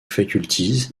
faculties